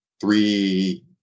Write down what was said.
three